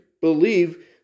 believe